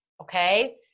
okay